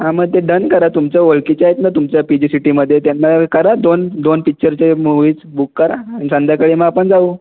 हां मग ते डन करा तुमच्या ओळखीचे आहेत ना तुमच्या पी जी सिटीमध्ये त्यांना करा दोन दोन पिक्चरचे मुवीज बुक करा आणि संध्याकाळी मग आपण जाऊ